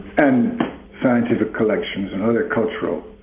and scientific collections and other cultural